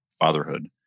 fatherhood